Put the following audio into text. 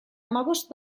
hamabost